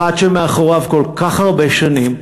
אחד שמאחוריו כל כך הרבה שנים,